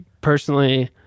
Personally